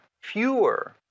fewer